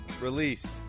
released